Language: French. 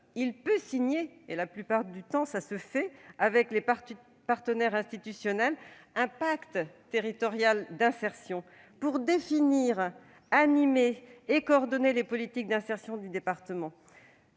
il peut signer- ce qu'il fait la plupart du temps -avec des partenaires institutionnels un pacte territorial d'insertion pour définir, animer et coordonner les politiques d'insertion du département.